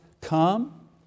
Come